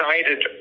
decided